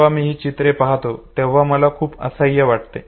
जेव्हा मी ही चित्रे पाहतो तेव्हा मला खूप असहाय्य वाटते